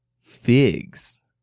figs